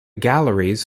galleries